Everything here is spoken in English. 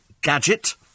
Gadget